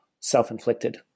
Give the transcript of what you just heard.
self-inflicted